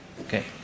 Okay